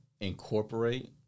incorporate